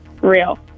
Real